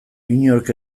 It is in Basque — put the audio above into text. inork